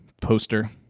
poster